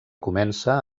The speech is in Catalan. comença